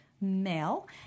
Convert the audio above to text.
male